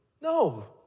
No